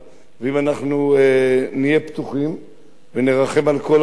ואם אנחנו נהיה פתוחים ונרחם על כל העולם,